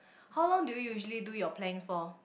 how long do you usually do your planks for